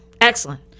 Excellent